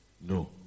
no